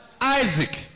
Isaac